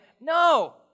No